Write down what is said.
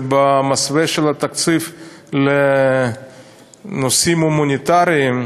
שבמסווה של תקציב לנושאים הומניטריים,